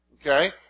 Okay